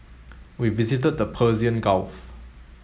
we visited the Persian Gulf